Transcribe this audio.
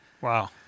Wow